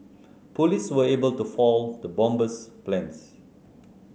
police were able to foil the bomber's plans